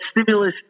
stimulus